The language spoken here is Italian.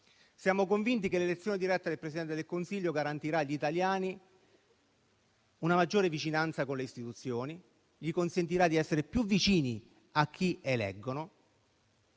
Siamo convinti che l'elezione diretta del Presidente del Consiglio garantirà agli italiani una maggiore vicinanza con le istituzioni; consentirà loro di essere più vicini a chi eleggono